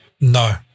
No